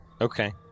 Okay